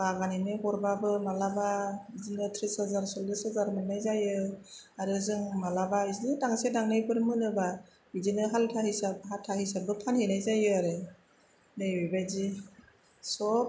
बागानैनो हरबाबो मालाबा बिदिनो थ्रिस हाजार सलिस हाजार मोननाय जायो आरो जों मालाबा बिदिनो दांसे दांनैफोर मोनोबा बिदिनो हालथा हिसाब हाथा हिसाबबो फानहैनाय जायो आरो नैबे बायदि सब